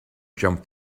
jump